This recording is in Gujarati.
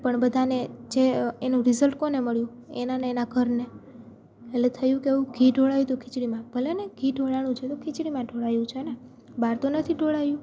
પણ બધાને જે એનું રિઝલ્ટ કોને મળ્યું એનાને એના ઘરને એટલે થયું કેવું ઘી ઢોળાયું તો ખીચડીમાં ભલેને ઘી ઢોળાણું છે તો ખીચડીમાં ઢોળાયું છે ને બહાર તો નથી ઢોળાયું